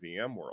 VMworld